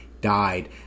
died